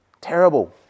Terrible